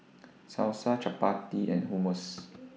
Salsa Chapati and Hummus